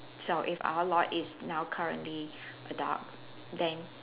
so if our lord is now currently a dog then